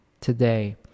today